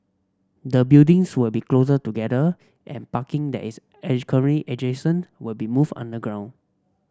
the buildings will be closer together and barking that is adjacent will be moved underground